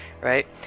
right